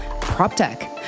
PropTech